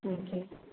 okay